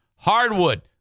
Hardwood